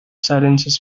silences